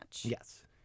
Yes